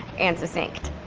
and succinct.